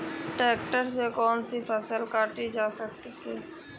Tractor से कौन सी फसल काटी जा सकती हैं?